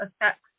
affects